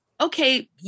okay